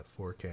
4k